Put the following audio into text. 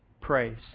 praise